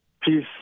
peace